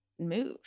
move